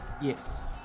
Yes